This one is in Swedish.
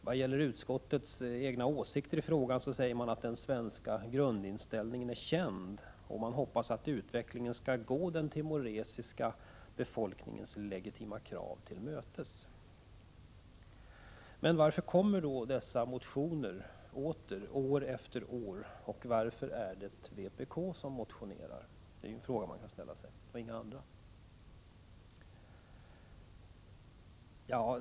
Vad gäller utskottets egna åsikter i frågan skriver man att den svenska grundinställningen är känd, och att man hoppas att utvecklingen skall gå den timoresiska befolkningens legitima krav till mötes. Varför kommer då dessa motioner åter år efter år, och varför är det bara vpk som motionerar?